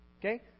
Okay